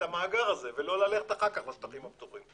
המאגר הזה ולא ללכת אחר כך לשטחים הפתוחים.